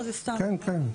כן, כן.